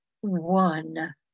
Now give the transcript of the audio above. one